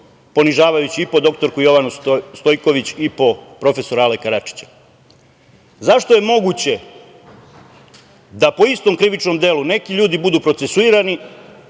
ponižavajući i po dr Jovanu Stojković i po prof. Aleka Račića.Zašto je moguće da po istom krivičnom delu neki ljudi budu procesuirani,